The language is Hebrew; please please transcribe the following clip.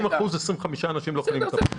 30 אחוזים, 25 אנשים לא יכולים לטפל.